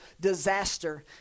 disaster